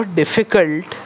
difficult